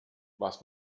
was